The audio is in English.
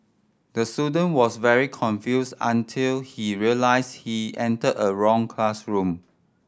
the student was very confused until he realised he entered a wrong classroom